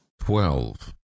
Twelve